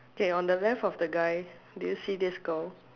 okay on the left of the guy do you see this girl